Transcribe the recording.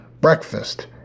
breakfast